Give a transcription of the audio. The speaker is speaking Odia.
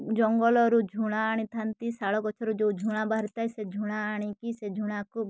ଜଙ୍ଗଲରୁ ଝୁଣା ଆଣିଥାନ୍ତି ଶାଳ ଗଛରୁ ଯେଉଁ ଝୁଣା ବାହାରିଥାଏ ସେ ଝୁଣା ଆଣିକି ସେ ଝୁଣାକୁ